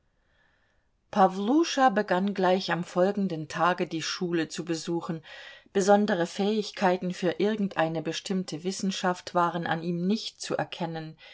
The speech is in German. pawluscha begann gleich am folgenden tage die schule zu besuchen besondere fähigkeiten für irgendeine bestimmte wissenschaft waren an ihm nicht zu erkennen